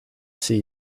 see